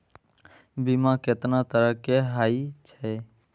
बीमा केतना तरह के हाई छै?